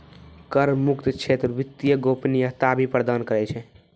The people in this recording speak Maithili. कर मुक्त क्षेत्र वित्तीय गोपनीयता भी प्रदान करै छै